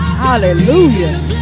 Hallelujah